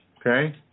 Okay